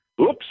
oops